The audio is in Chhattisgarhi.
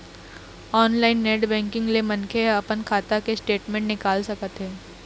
ऑनलाईन नेट बैंकिंग ले मनखे ह अपन खाता के स्टेटमेंट निकाल सकत हे